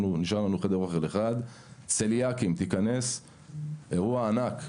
צליאק מדובר באירוע ענק,